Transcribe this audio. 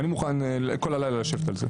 אני מוכן כל הלילה לשבת על זה.